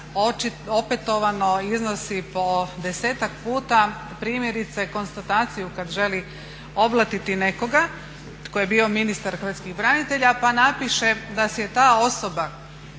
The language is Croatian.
opetovano iznosi po desetak puta primjerice konstataciju kad želi oblatiti nekoga tko je bio ministar hrvatskih branitelja pa napiše da si je ta osoba